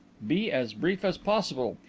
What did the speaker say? be as brief as possible.